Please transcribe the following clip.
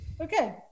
Okay